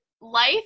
life